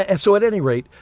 and so, at any rate,